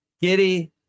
Giddy